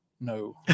No